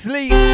Sleep